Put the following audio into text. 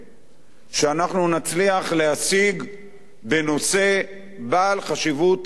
שאנחנו נצליח להשיג בנושא בעל חשיבות עצומה.